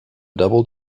double